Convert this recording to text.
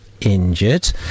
injured